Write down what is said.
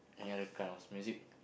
any other kind of music